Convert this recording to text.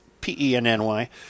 P-E-N-N-Y